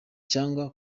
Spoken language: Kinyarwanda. cyangwa